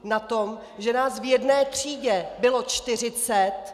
Na tom, že nás v jedné třídě bylo 40.